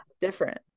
different